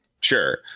Sure